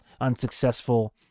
unsuccessful